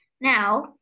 Now